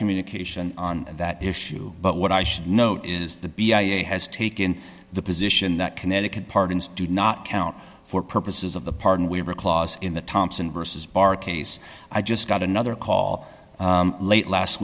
communication on that issue but what i should note is the b i a has taken the position that connecticut pardons do not count for purposes of the pardon we have a clause in the thompson versus bar case i just got another call late last